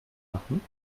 machen